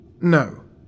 No